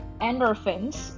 endorphins